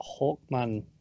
Hawkman